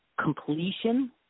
completion